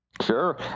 Sure